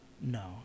No